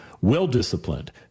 well-disciplined